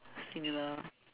similar